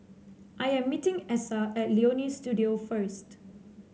I am meeting Essa at Leonie Studio first